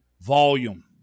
volume